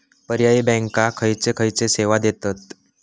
पर्यायी बँका खयचे खयचे सेवा देतत?